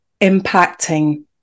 impacting